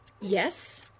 Yes